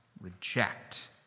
reject